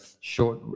short